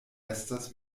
estas